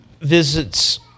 visits